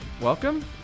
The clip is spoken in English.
Welcome